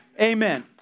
Amen